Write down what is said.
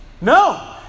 no